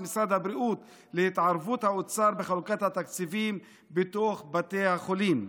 משרד הבריאות להתערבות האוצר בחלוקת התקציבים בתוך בתי החולים.